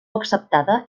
acceptada